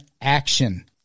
action